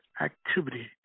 activity